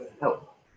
help